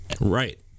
right